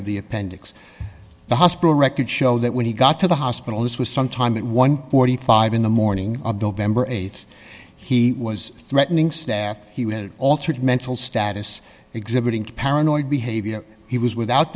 of the appendix the hospital records show that when he got to the hospital this was sometime at one forty five in the morning of the member th he was threatening staff he was altered mental status exhibiting paranoid behavior he was without